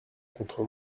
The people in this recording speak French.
contre